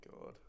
god